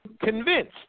convinced